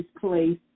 place